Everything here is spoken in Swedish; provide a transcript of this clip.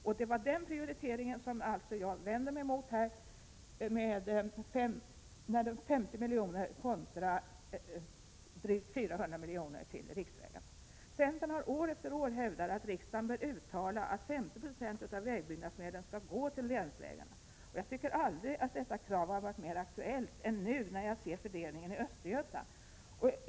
Det är alltså den prioriteringen som jag här vänder mig emot — dvs. ca 50 milj.kr. till länsvägar kontra drygt 400 milj.kr. till riksvägar. Centern har år efter år hävdat att riksdagen bör uttala att 50 20 av vägbyggnadsmedlen skall gå till länsvägarna. Jag tycker att detta krav aldrig har varit mera aktuellt än det nu är. Jag säger detta med tanke på fördelningen i Östergötland.